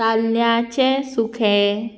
ताल्ल्यांचें सुकें